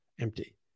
empty